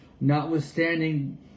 Notwithstanding